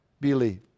believe